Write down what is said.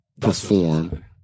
perform